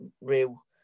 real